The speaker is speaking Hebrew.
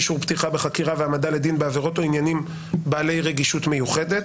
אישור פתיחה בחקירה והעמדה לדין בעבירות או עניינים בעלי רגישות מיוחדת.